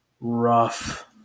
Rough